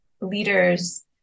leaders